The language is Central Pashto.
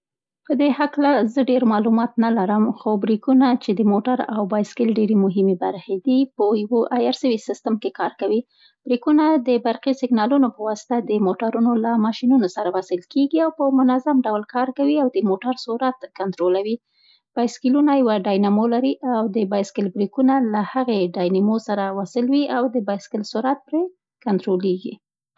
په دې هکله زه ډېر معلومات نه لرم، خو برېکونه چي د موټر او بایسکل ډېرې مهمې برخې دي، په یوه عیار سوي سیستم کې کار کوي. برېکونه د برقي سیګنالونو په واسطه د موټرونو له ماشینو سره وصل کېږي او په منظم ډول کار کوي او د موټر سرعت کنترولوي. بایسکلونه یوه ډاینامو لري او د بایسکل برېکونه له هغې ډاینامو سره وصل وي او د بایسکل سرعت پرې کنترولېږي.